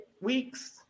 weeks